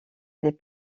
des